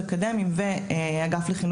לשכר הלימוד